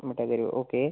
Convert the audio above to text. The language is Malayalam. മിട്ടായി തെരുവ് ഓക്കെ